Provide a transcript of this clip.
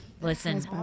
Listen